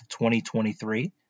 2023